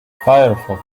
firefox